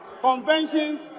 conventions